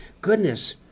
goodness